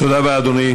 תודה רבה, אדוני.